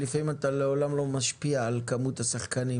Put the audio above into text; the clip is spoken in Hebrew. שלפעמים אתה לא משפיע על כמות השחקנים.